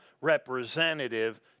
representative